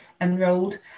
enrolled